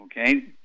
Okay